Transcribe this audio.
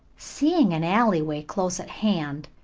seeing an alleyway close at hand,